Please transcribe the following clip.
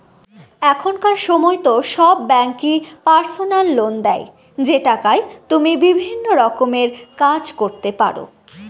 এখনকার সময়তো সব ব্যাঙ্কই পার্সোনাল লোন দেয় যে টাকায় তুমি বিভিন্ন রকমের কাজ করতে পারো